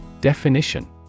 Definition